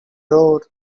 door